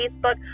Facebook